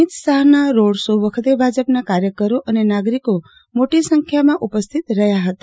અમિત શાહના road show વખતે ભાજપના કાર્યકરો અને નાગરિકો મોટી સંખ્યામાં ઉપસ્થિત રહ્યા હતા